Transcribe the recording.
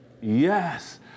Yes